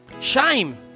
Shame